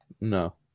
No